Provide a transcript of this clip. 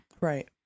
Right